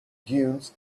dunes